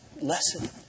lesson